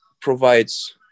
provides